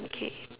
okay